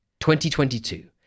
2022